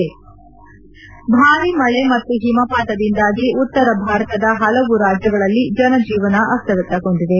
head ಭಾರಿ ಮಳೆ ಮತ್ತು ಹಿಮಪಾತದಿಂದಾಗಿ ಉತ್ತರ ಭಾರತದ ಪಲವು ರಾಜ್ಯಗಳಲ್ಲಿ ಜನಜೀವನ ಅಸ್ತವ್ಯಸ್ತಗೊಂಡಿದೆ